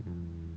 mmhmm